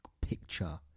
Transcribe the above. picture